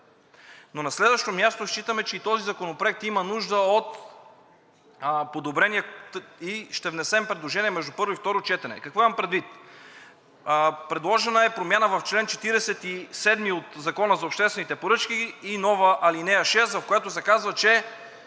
Но на следващо място, считаме, че и този законопроект има нужда от подобрения и ще внесем предложения между първо и второ четене. Какво имам предвид? Предложена е промяна в чл. 47 от Закона за обществените поръчки и нова ал. 6, в която се казва, че